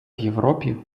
європі